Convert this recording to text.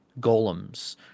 golems